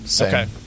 Okay